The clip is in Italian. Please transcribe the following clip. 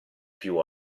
più